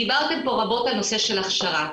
דיברתם פה רבות על הנושא של הכשרה,